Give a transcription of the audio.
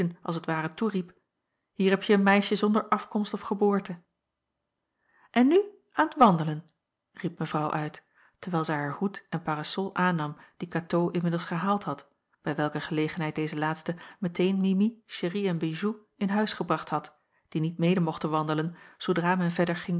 als t ware toeriep hier hebje een meisje zonder afkomst of geboorte en nu aan t wandelen riep mevrouw uit terwijl zij haar hoed en parasol aannam die katoo inmiddels gehaald had bij welke gelegenheid deze laatste meteen mimi chéri en bijou in huis gebracht had die niet mede mochten wandelen zoodra men verder ging